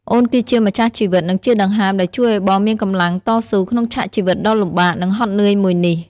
អូនគឺជាម្ចាស់ជីវិត និងជាដង្ហើមដែលជួយឱ្យបងមានកម្លាំងតស៊ូក្នុងឆាកជីវិតដ៏លំបាក និងហត់នឿយមួយនេះ។